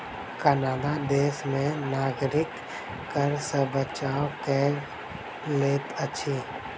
Canada देश में नागरिक कर सॅ बचाव कय लैत अछि